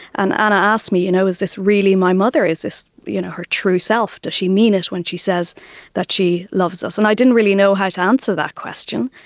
and anna asked me, you know, is this really my mother? is this you know her true self, does she mean it when she says that she loves us? and i didn't really know how to answer that question.